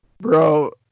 Bro